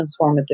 transformative